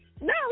No